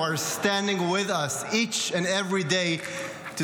who are standing with us each and every day to